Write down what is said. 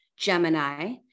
Gemini